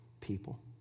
people